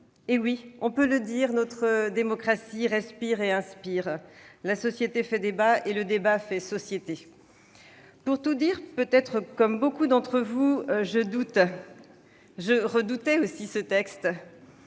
Eh oui, on peut le dire, notre démocratie respire et inspire ! La société fait débat et le débat fait société. Pour tout dire, peut-être comme beaucoup d'entre vous, je doute. Je redoutais aussi ce texte.